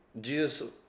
Jesus